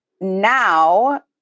now